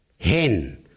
hen